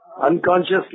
unconsciously